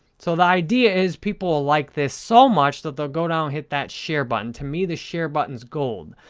so, the idea is that people will like this so much that they'll go down, hit that share button. to me, the share button is gold.